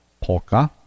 Polka